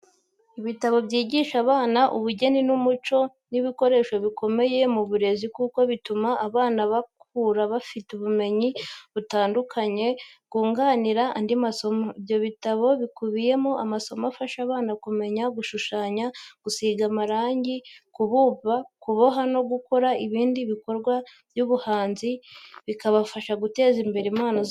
Ibitabo byigisha abana ubugeni n'umuco ni ibikoresho bikomeye mu burezi kuko bituma abana bakura bafite ubumenyi butandukanye bwunganira andi masomo. Ibyo bitabo bikubiyemo amasomo afasha abana kumenya gushushanya, gusiga amarangi, kubumba, kuboha no gukora ibindi bikorwa by'ubuhanzi, bikabafasha guteza imbere impano zabo.